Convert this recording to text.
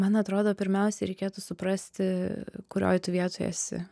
man atrodo pirmiausia reikėtų suprasti kurioj tu vietoj esi